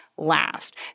last